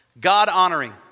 God-honoring